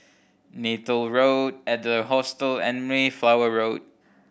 Neythal Road Adler Hostel and Mayflower Road